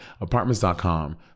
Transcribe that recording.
Apartments.com